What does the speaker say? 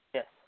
Yes